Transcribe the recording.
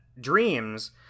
Dreams